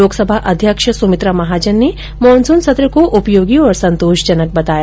लोकसभा अध्यक्ष सुमित्रा महाजन ने मानसून सत्र को उपयोगी और संतोषजनक बताया